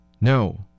No